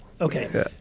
Okay